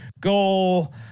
Goal